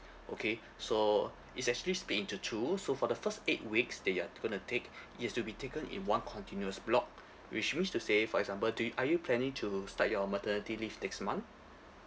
okay so it's actually split into two so for the first eight weeks that you're gonna take it has to be taken in one continuous block which means to say for example do you are you planning to start your maternity leave next month